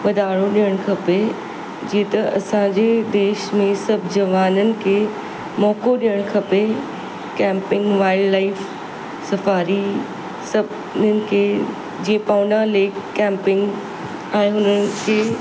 वाधारो ॾियणु खपे जीअं त असांजी देश में सभु जवाननि खे मौक़ो ॾियणु खपे कैंपिंग वाईल्ड लाइफ़ सफ़ारी सभनीनि खे जीअं पोना लेक कैंपिंग आहे हुननि खे